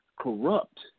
corrupt